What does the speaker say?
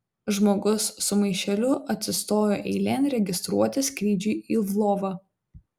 žmogus su maišeliu atsistojo eilėn registruotis skrydžiui į lvovą